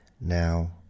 Now